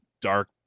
dark